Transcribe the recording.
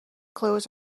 clothes